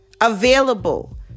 available